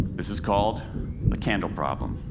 this is called the candle problem.